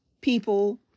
people